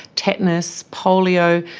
tetanus, polio,